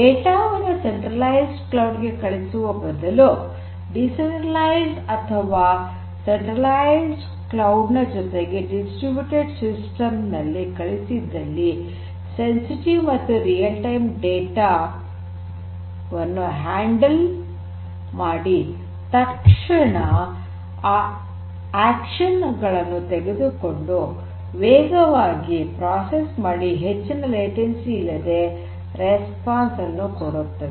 data ವನ್ನು centralized cloud ಗೆ ಕಳುಹಿಸುವ ಬದಲು ಡಿಸೆಂಟ್ರಲೈಜ್ಡ್ ಅಥವಾ ಸೆಂಟ್ರಲೈಜ್ಡ್ ಕ್ಲೌಡ್ ನ ಜೊತೆಗೆ ಡಿಸ್ಟ್ರಿಬ್ಯುಟೆಡ್ ಸಿಸ್ಟಮ್ ಗೆ ಕಳುಹಿಸಿದಲ್ಲಿ ಸೆನ್ಸಿಟಿವ್ ಮತ್ತು ರಿಯಲ್ ಟೈಮ್ ಡೇಟಾ ವನ್ನು ಹ್ಯಾಂಡಲ್ ಮಾಡಿ ತಕ್ಷಣ ಆಕ್ಷನ್ ಗಳನ್ನು ತೆಗೆದುಕೊಂಡು ವೇಗವಾಗಿ ಪ್ರೋಸೆಸ್ ಮಾಡಿ ಹೆಚ್ಚಿನ ಲೇಟೆನ್ಸಿ ಇಲ್ಲದೆ ರೆಸ್ಪಾನ್ಸ್ ಅನ್ನು ಕೊಡುತ್ತದೆ